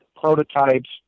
prototypes